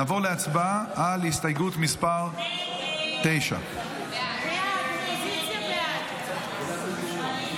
נעבור להצבעה על הסתייגות מס' 9. הסתייגות 9 לא נתקבלה.